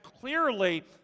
clearly